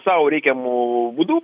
sau reikiamu būdu